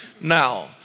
Now